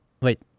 Wait